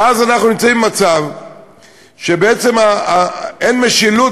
ואז אנחנו נמצאים במצב שבעצם אין משילות,